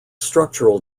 structural